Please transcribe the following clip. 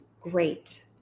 great